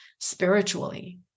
spiritually